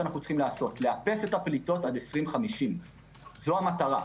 לאפס את הפליטות עד 2050. זו המטרה.